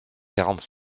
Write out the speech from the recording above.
quarante